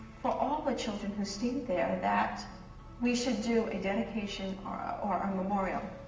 for all the children who stayed there that we should do a dedication or ah or a memorial.